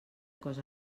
cos